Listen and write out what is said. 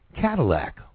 Cadillac